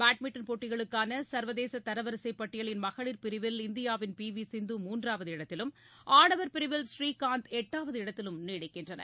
பேட்மிண்டள் போட்டிகளுக்கான சர்வதேச தரவரிசை பட்டியலின் மகளிர் பிரிவில் இந்தியாவின் பி வி சிந்து மூன்றாவது இடத்திலும் ஆடவர் பிரிவில் ஸ்ரீகாந்த் எட்டாவது இடத்திலும் நீடிக்கின்றனர்